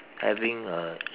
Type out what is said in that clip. having a